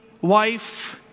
wife